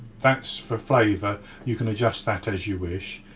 that's for flavour you can adjust that as you wish.